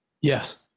Yes